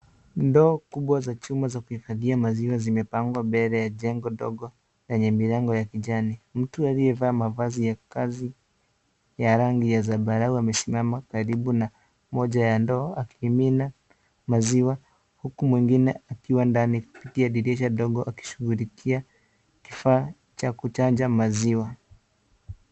Ndoo kubwa za chuma za kuhifadhia maziwa zimepangwa mbele ya jengo ndogo lenye milango ya kijani. Mtu aliyevaa mavazi ya kazi ya rangi ya zambarau amesimama karibu na moja ya ndoo akimimina maziwa huki mwingine akiwa ndani kupitia dirisha ndogo akishughulikia kifaa cha kuchanja maziwa.